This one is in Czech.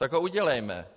Tak ho udělejme.